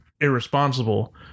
irresponsible